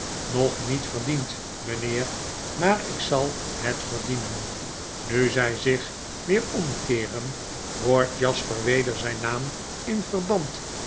no niet verdiend mynheer maar ik zal het verdienen nu zij zich weer omkeeren hoort jasper weder zyn naam in verband